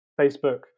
facebook